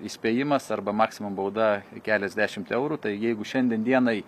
įspėjimas arba maksimum bauda keliasdešimt eurų tai jeigu šiandien dienai